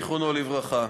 זיכרונו לברכה,